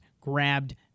grabbed